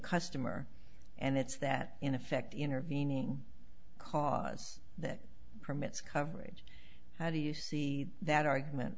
customer and it's that in effect intervening cause that permits coverage how do you see that argument